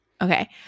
Okay